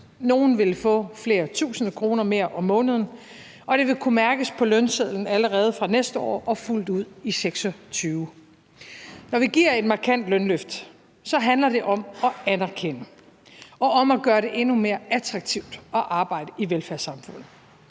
Nogle vil få flere tusinde kroner mere om måneden, og det vil kunne mærkes på lønsedlen allerede fra næste år og fuldt ud i 2026. Når vi giver et markant lønløft, handler det om at anerkende og om at gøre det endnu mere attraktivt at arbejde i velfærdssamfundet.